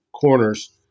corners